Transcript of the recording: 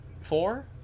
four